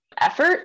effort